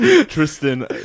Tristan